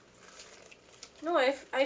no I I